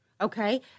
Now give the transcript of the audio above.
Okay